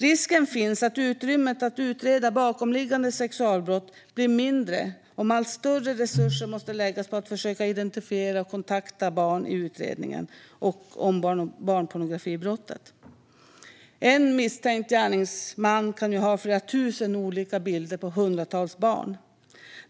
Risken finns att utrymmet att utreda bakomliggande sexualbrott blir mindre om allt större resurser måste läggas på att försöka identifiera och kontakta barn i utredningen om barnpornografibrottet. En misstänkt gärningsman kan ju ha flera tusen olika bilder på hundratals barn.